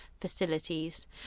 facilities